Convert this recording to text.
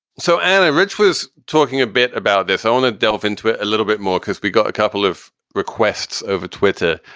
so anti-rich was talking a bit about this owna delve into it a little bit more because we got a couple of requests over twitter,